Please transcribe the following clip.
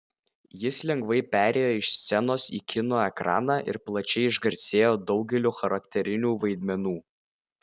jis lengvai perėjo iš scenos į kino ekraną ir plačiai išgarsėjo daugeliu charakterinių vaidmenų